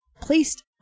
placed